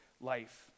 life